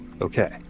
okay